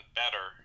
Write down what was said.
better